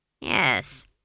Yes